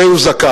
הרי הוא זכאי.